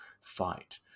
fight